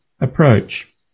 approach